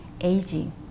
aging